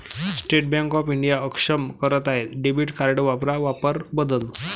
state Bank of India अक्षम करत आहे डेबिट कार्ड वापरा वापर बदल